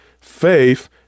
faith